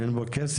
אין פה כסף?